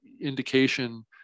indication